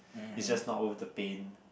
is just not worth the pain